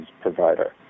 provider